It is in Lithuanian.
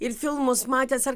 ir filmus matęs ar